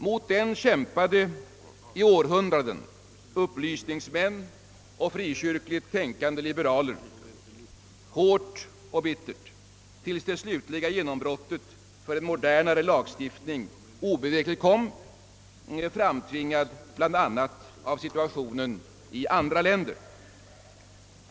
Mot den kämpade under århundraden upplysningsmän och frikyrkligt tänkande liberaler hårt och bittert tills det slutliga genombrottet för en modernare lagstiftning obevekligen kom, framtvingat bl.a. av situationen i andra länder.